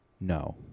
no